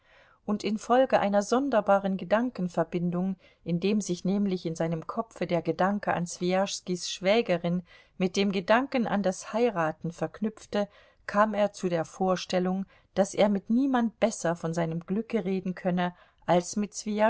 und infolge einer sonderbaren gedankenverbindung indem sich nämlich in seinem kopfe der gedanke an swijaschskis schwägerin mit dem gedanken an das heiraten verknüpfte kam er zu der vorstellung daß er mit niemand besser von seinem glücke reden könne als mit